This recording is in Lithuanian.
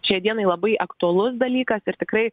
šiai dienai labai aktualus dalykas ir tikrai